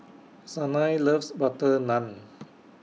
Sanai loves Butter Naan